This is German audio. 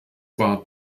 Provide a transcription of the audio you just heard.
war